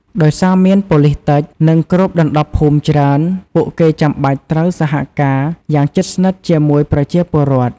ដោយសារមាន ប៉ូលិសតិច និងគ្របដណ្ដប់ភូមិច្រើន ពួកគេចាំបាច់ត្រូវសហការយ៉ាងជិតស្និទ្ធជាមួយប្រជាពលរដ្ឋ។